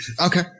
Okay